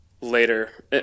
later